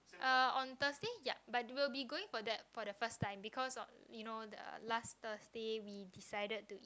uh on Thursday yup but we'll be going for that for the first time because of you know the last Thursday we decided to eat